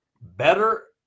Better